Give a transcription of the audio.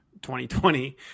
2020